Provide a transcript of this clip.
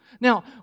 Now